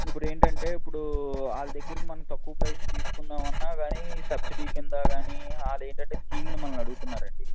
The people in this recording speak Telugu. ఇప్పుడు ఏంటంటే ఇప్పుడు వాళ్ళ దగ్గరికి మనం తక్కువ ప్రైస్కి తీసుకుందాము అన్నా కానీ సబ్సిడీ కింద కానీ వాళ్ళు ఏంటంటే స్కీంలు మనలని అడుగుతున్నారు అండి